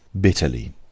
Bitterly